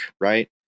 right